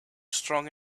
strong